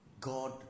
God